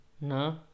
No